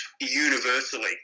universally